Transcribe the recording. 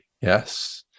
Yes